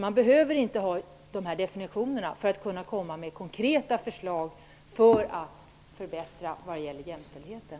Man behöver alltså inte ha de här olika definitionerna för att komma med konkreta förslag till att förbättra jämställdheten.